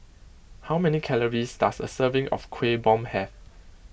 how many calories does a serving of Kuih Bom have